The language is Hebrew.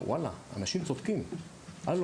בנושא של מספר סוכות המציל,